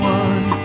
one